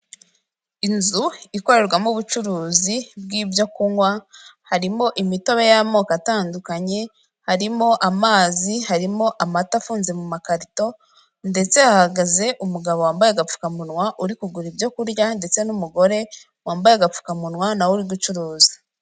Inzu ikorerwamo ubucuruzi bw'ibyo kunywa, harimo imitobe y'amoko atandukanye, harimo amazi, harimo amata afunze mu makarito ndetse hahagaze umugabo wambaye agapfukamunwa uri kugura ibyo kurya ndetse n'umugore wambaye agapfukamunwa nawe uri gucuruza.